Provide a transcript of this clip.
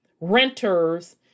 renters